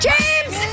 James